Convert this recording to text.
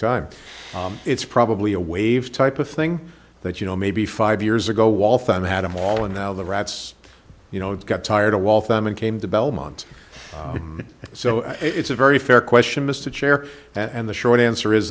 time it's probably a wave type of thing that you know maybe five years ago waltham had a mall and now the rats you know got tired of waltham and came to belmont so it's a very fair question mr chair and the short answer is